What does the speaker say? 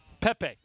Pepe